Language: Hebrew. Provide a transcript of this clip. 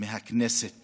מהכנסת